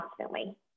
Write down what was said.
constantly